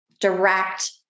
direct